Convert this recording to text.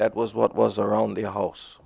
that was what was around the house